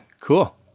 Cool